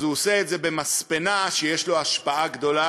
אז הוא עושה את זה במספנה שיש לו השפעה גדולה